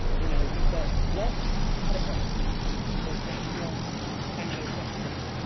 you know you've got locks, cut it off because that's not anglo centric.